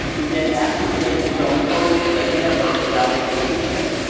he then amputated his own toes with a hammer without anesthesia.